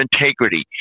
integrity